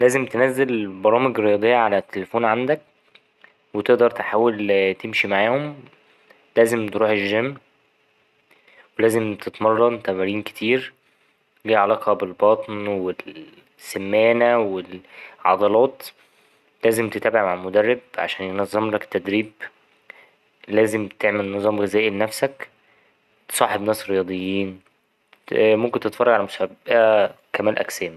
لازم تنزل برامج رياضية على التليفون عندك وتقدر تحاول تمشي معاهم، لازم تروح الجيم، ولازم تتمرن تمارين كتير ليها علاقة بالبطن والسمانه والعضلات ،لازم تتابع مع مدرب عشان ينظملك التدريب، لازم تعمل نظام غذائي لنفسك تصاحب ناس رياضيين ممكن تتفرج على مسابقة كمال أجسام.